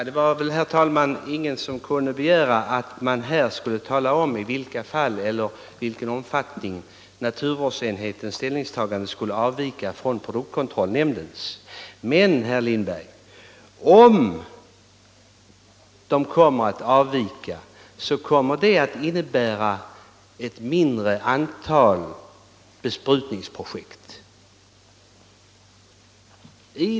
Herr talman! Ingen kan väl begära att man här skall tala om i vilka fall eller i vilken omfattning naturvårdsenhetens ställningstagande skulle avvika från produktkontrollnämndens. Men, herr Lindberg, om det skulle avvika, kommer det att innebära ett mindre antal besprutningsprojekt.